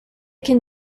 can